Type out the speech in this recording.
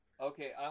Okay